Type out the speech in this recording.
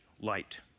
light